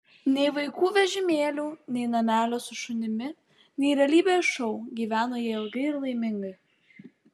nei vaikų vežimėlių nei namelio su šunimi nei realybės šou gyveno jie ilgai ir laimingai